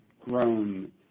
grown